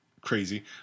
Crazy